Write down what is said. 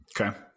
Okay